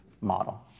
model